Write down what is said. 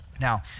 Now